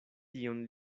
tion